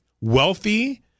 wealthy